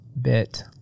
bit